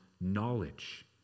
knowledge